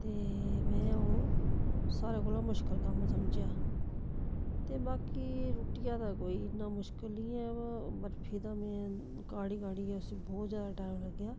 ते में ओह् सारें कोलां मुश्कल कम्म समझेआ ते बाकी रुट्टियै दा कोई इन्ना मुश्कल नी ऐ ब बर्फी दा मेें काढ़ी काढ़ियै उसी बोह्त ज्यादा टाइम लग्गेआ